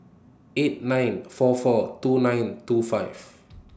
eight nine four four two nine two five